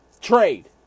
trade